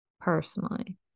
Personally